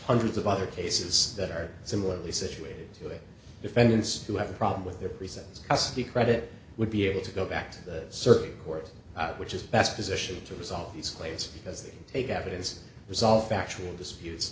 hundreds of other cases that are similarly situated defendants who have a problem with their presents as the credit would be able to go back to the circuit court which is the best position to resolve these claims because they can take evidence result factual disputes